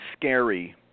scary